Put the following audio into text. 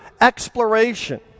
exploration